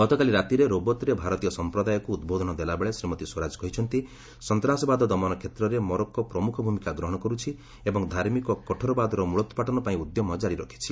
ଗତକାଲି ରାତିରେ ରୋବତ୍ରେ ଭାରତୀୟ ସଂପ୍ରଦାୟକୁ ଉଦ୍ବୋଧନ ଦେଲାବେଳେ ଶ୍ରୀମତୀ ସ୍ୱରାଜ କହିଛନ୍ତି ସନ୍ତାସବାଦ ଦମନ କ୍ଷେତ୍ରରେ ମରୋକ୍କୋ ପ୍ରମୁଖ ଭୂମିକା ଗ୍ରହଣ କରୁଛି ଏବଂ ଧାର୍ମିକ କଠୋରବାଦର ମୂଳୋତ୍ପାଟନ ପାଇଁ ଉଦ୍ୟମ ଜାରୀ ରଖିଛି